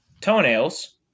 toenails